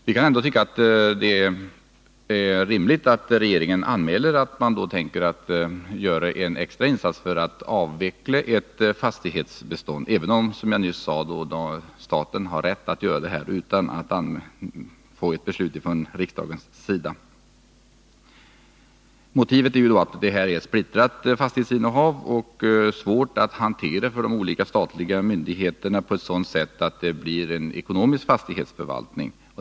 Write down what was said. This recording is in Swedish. Det kan tyckas rimligt att regeringen anmäler att man tänker göra en extra insats för att avveckla ett fastighetsbestånd, även om staten har rätt att göra det utan något beslut av riksdagen. Motivet för denna extra insats är att fastighetsinnehavet är splittrat och svårt att hantera för olika statliga myndigheter så att fastighetsförvaltningen blir ekonomiskt lönsam.